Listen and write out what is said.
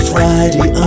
Friday